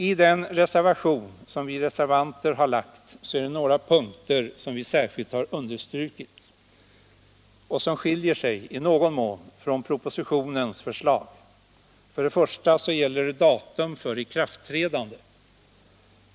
I vår reservation har vi särskilt understrukit några punkter, vilka i någon mån skiljer sig från propositionens förslag. För det första gäller det datum för ikraftträdandet.